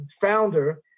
founder